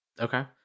Okay